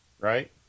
right